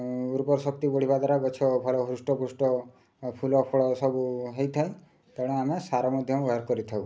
ଉର୍ବର ଶକ୍ତି ବଢ଼ିବା ଦ୍ୱାରା ଗଛ ଭଲ ହୃଷ୍ଟ ପୃଷ୍ଟ ଫୁଲ ଫଳ ସବୁ ହେଇଥାଏ ତେଣୁ ଆମେ ସାର ମଧ୍ୟ ବ୍ୟବହାର କରିଥାଉ